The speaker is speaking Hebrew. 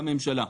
בממשלה.